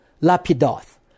Lapidoth